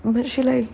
and then she lie